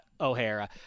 O'Hara